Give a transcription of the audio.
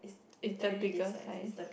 it's the biggest size